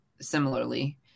similarly